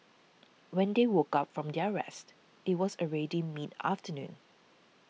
when they woke up from their rest it was already mid afternoon